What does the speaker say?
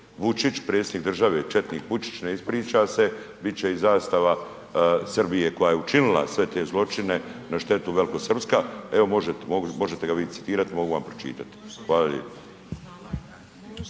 Vučić, predsjednik države, četnik Vučić, ne ispriča se, bit će i zastava Srbije koja je učinila sve te zločine na štetu, velikosrpska, evo može, možete ga vi citirati, mogu vam pročitat. Hvala lijepo.